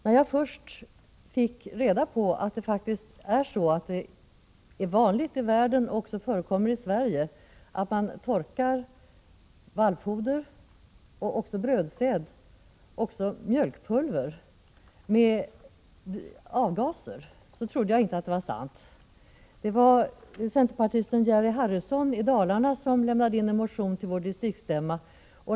När jag först fick reda på att det faktiskt är vanligt i världen och också förekommer i Sverige att man torkar vallfoder, brödsäd och även mjölkpulver med avgaser trodde jag inte att det var sant. Det var centerpartisten Jerry Harrysson i Dalarna som lämnade in en motion till vår distrikststämma om detta.